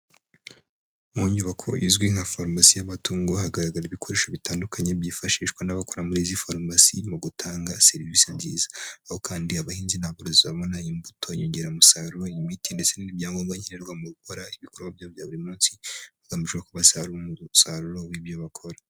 Mu nyubako izwi nka farumasi y'amatungo, hagaragara ibikoresho bitandukanye byifashishwa n'abakora muri izi farumasi mu gutanga serivise nziza, aho kandi abahinzi n'aborozi babona imbuto, inyongeramusaruro, imiti ndetse n'ibindi byangombwa nkenerwa mu gukora ibikorwa byabo bya buri munsi hagamijewe ko basarura umusaruro w'ibyo bakora.